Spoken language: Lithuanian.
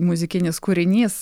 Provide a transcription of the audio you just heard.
muzikinis kūrinys